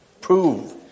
prove